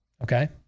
Okay